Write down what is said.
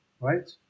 right